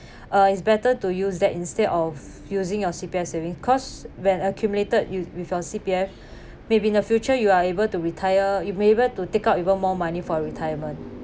uh it's better to use that instead of using your C_P_F savings because when accumulated you with your C_P_F maybe in the future you are able to retire you may able to take out even more money for retirement